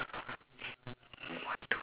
one two